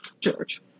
George